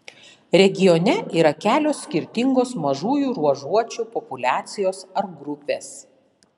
regione yra kelios skirtingos mažųjų ruožuočių populiacijos ar grupės